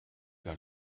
vers